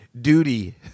duty